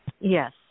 Yes